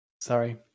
sorry